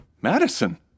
Madison